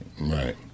Right